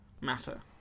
matter